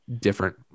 different